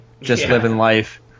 just-living-life